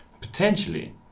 potentially